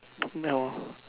no